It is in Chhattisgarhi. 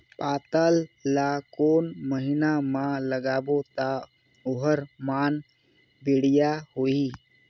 पातल ला कोन महीना मा लगाबो ता ओहार मान बेडिया होही?